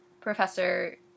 Professor